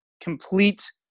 complete